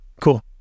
Cool